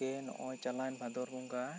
ᱜᱚᱢᱠᱮ ᱱᱚᱜᱼᱚᱭ ᱪᱟᱞᱟᱣᱮᱱ ᱵᱷᱟᱫᱚᱨ ᱵᱚᱸᱜᱟ